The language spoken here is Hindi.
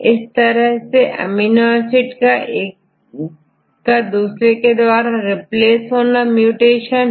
इस तरह एक अमीनो एसिड का दूसरे के द्वारा रिप्लेस करना म्यूटेशन होता है